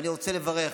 ואני רוצה לברך